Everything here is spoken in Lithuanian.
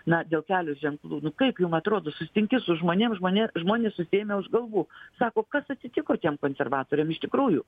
na dėl kelio ženklų nu kaip jum atrodo susitinki su žmonėm žmonė žmonės susiėmę už galvų sako kas atsitiko tiem konservatoriam iš tikrųjų